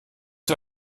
wie